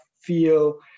feel